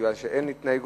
בגלל שאין הסתייגות,